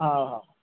हो हो